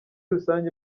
rusange